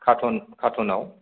cartoon कार्टुनाव